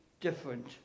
different